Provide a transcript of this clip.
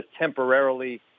temporarily